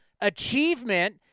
achievement